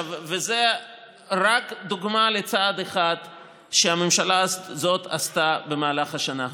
זאת רק דוגמה לצעד אחד שהממשלה הזאת עשתה במהלך השנה הזאת.